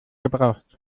gebraucht